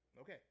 Okay